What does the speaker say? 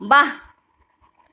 वाह